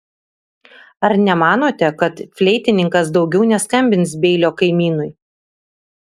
ar nemanote kad fleitininkas daugiau neskambins beilio kaimynui